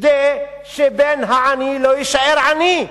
כדי שבן העני לא יישאר עני,